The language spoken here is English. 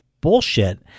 bullshit